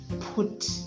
put